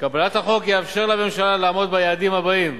קבלת החוק תאפשר לממשלה לעמוד ביעדים הבאים: